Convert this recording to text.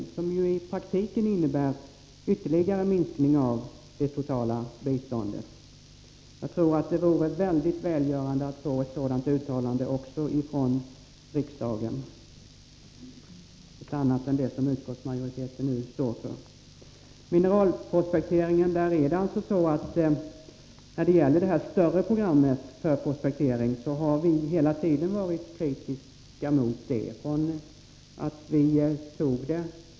De innebär ju i praktiken en ytterligare minskning av det totala biståndet. Jag tror att det vore mycket välgörande att få ett sådant uttalande även från riksdagen — ett annat uttalande än det som utskottsmajoriteten nu står för. Beträffande mineralprospektering förhåller det sig så att vi hela tiden har varit kritiska mot det större programmet för prospektering, från det att riksdagen i våras antog det.